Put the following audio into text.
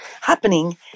happening